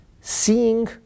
seeing